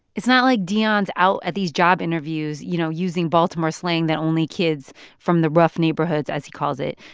it's not like deion's out at these job interviews, you know, using baltimore slang that only kids from the rough neighborhoods, as he calls it,